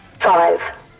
Five